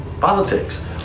politics